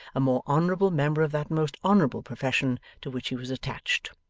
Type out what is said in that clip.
a more honourable member of that most honourable profession to which he was attached.